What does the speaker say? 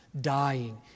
dying